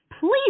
Please